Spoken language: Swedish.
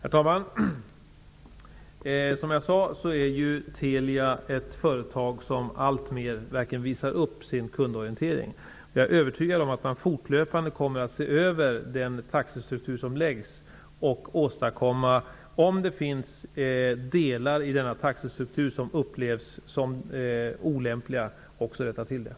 Herr talman! Som jag sade är Telia ett företag som verkligen alltmer visar upp sin kundorientering. Jag är övertygad om att man fortlöpande kommer att se över sin taxestruktur och, om det finns delar i denna taxestruktur som upplevs som olämpliga, också rätta till den.